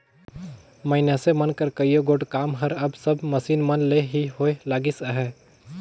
मइनसे मन कर कइयो गोट काम हर अब सब मसीन मन ले ही होए लगिस अहे